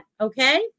okay